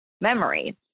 memory